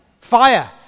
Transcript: fire